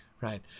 right